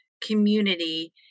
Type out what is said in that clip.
community